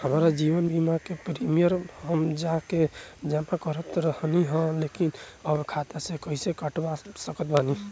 हमार जीवन बीमा के प्रीमीयम हम जा के जमा करत रहनी ह लेकिन अब खाता से कइसे कटवा सकत बानी?